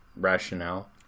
rationale